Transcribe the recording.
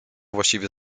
właściwie